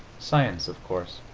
science, of course,